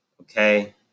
Okay